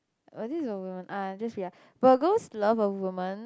just read ah Virgos love a woman